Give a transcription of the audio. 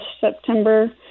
September